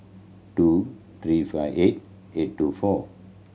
two three five eight eight two four